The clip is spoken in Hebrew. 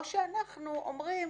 או שאנחנו אומרים,